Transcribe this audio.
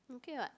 okay [what]